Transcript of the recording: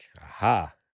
aha